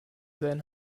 seinen